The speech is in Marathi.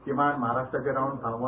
किमान महाराष्ट्राचे राउंड थांबवा